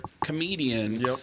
comedian